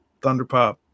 thunderpop